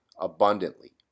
abundantly